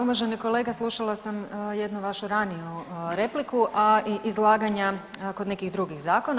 Uvaženi kolega, slušala sam jednu vašu raniju repliku, a i izlaganja kod nekih drugih zakona.